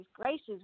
gracious